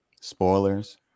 spoilers